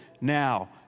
now